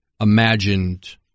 imagined